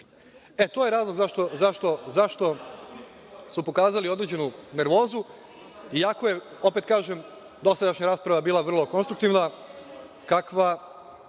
E, to je razlog zašto su pokazali određenu nervozu, iako je, opet kažem, dosadašnja rasprava bila vrlo konstruktivna, kakva